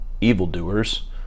evildoers